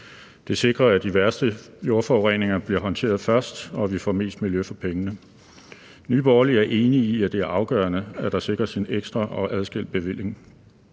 Det sikrer, at de værste jordforureninger bliver håndteret først, og at vi får mest miljø for pengene. Nye Borgerlige er enige i, at det er afgørende, at der sikres en ekstra og adskilt bevilling.